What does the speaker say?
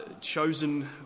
chosen